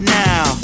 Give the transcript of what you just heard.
now